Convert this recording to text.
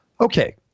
Okay